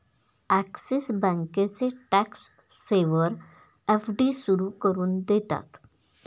axis बँकेचे tax saver FD सुरू करून देतात